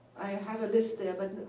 have a list there, but